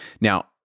now